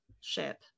ship